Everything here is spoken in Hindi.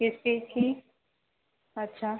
किस चीज़ की अच्छा